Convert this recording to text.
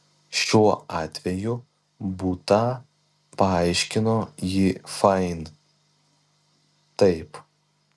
šiuo atveju butą paaiškino ji fain taip